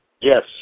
Yes